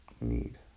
need